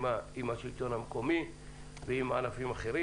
עם השלטון המקומי ועם ענפים אחרים